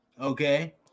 okay